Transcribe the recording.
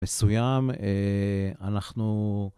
מסוים, אנחנו...